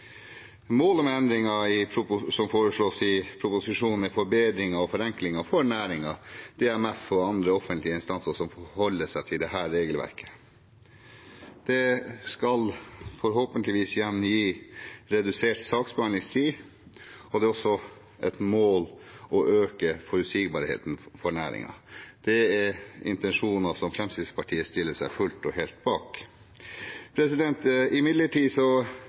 Målet med endringen som foreslås i proposisjonen, er forbedringer og forenklinger for næringen, DMF og andre offentlige instanser som forholder seg til dette regelverket. Det skal forhåpentligvis igjen gi redusert saksbehandlingstid, og det er også et mål å øke forutsigbarheten for næringen. Det er intensjoner som Fremskrittspartiet stiller seg fullt og helt bak. Imidlertid